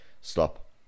stop